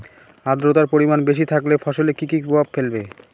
আদ্রর্তার পরিমান বেশি থাকলে ফসলে কি কি প্রভাব ফেলবে?